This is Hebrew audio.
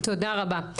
תודה תודה רבה.